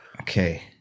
Okay